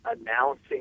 announcing